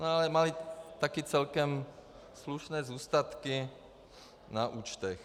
Ale mají taky celkem slušné zůstatky na účtech.